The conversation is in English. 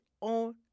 on